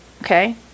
okay